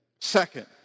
Second